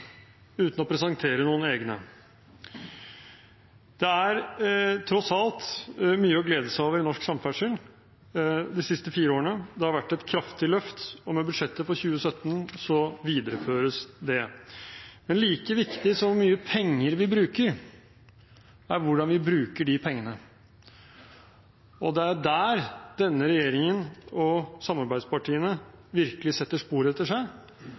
uten å presentere noen egne. Det er tross alt mye å glede seg over i norsk samferdsel de siste fire årene. Det har vært et kraftig løft, og med budsjettet for 2017 videreføres det. Men like viktig som hvor mye penger vi bruker, er hvordan vi bruker de pengene. Det er der denne regjeringen og samarbeidspartiene virkelig setter spor etter seg,